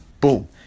boom